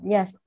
Yes